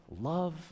love